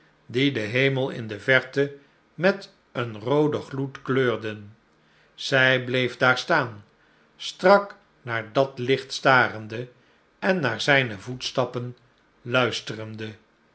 die den hemel in de verte met een rooden gloed kleurden zij bleef daar staan strak naar dat licht starende en naar zijne voetstappen luisterende